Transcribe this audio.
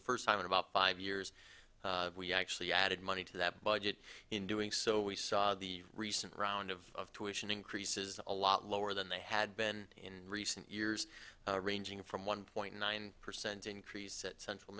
the first time in about five years we actually added money to that budget in doing so we saw the recent round of tuition increases a lot lower than they had been in recent years ranging from one point nine percent increase at central